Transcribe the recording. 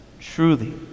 truly